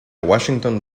washington